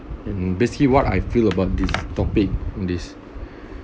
and basically what I feel about this topic this